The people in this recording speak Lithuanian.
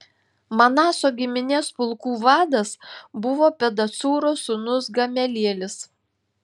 manaso giminės pulkų vadas buvo pedacūro sūnus gamelielis